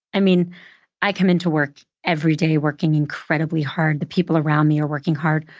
i mean i come in to work every day, working incredibly hard. the people around me are working hard.